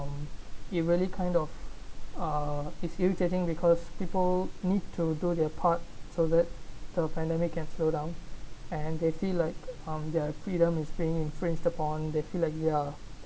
um it really kind of uh it's irritating because people need to do their part so that the pandemic can slow down and they see like um their freedom is being infringed upon they feel like ya